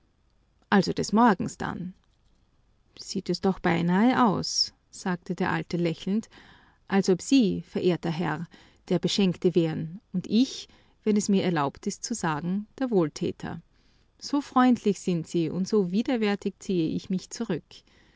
also des morgens denn sieht es doch beinahe aus sagte der alte lächelnd als ob sie verehrter herr der beschenkte wären und ich wenn es mir erlaubt ist zu sagen der wohltäter so freundlich sind sie und so widerwärtig ziehe ich mich zurück